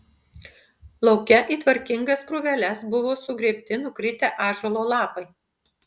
lauke į tvarkingas krūveles buvo sugrėbti nukritę ąžuolo lapai